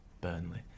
Burnley